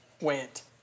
went